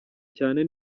cyane